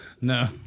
No